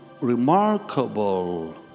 remarkable